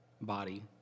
body